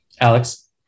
Alex